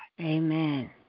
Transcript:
Amen